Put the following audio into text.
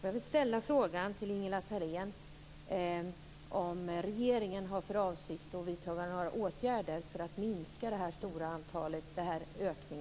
Jag vill fråga Ingela Thalén om regeringen har för avsikt att vidta några åtgärder för att minska denna ökning.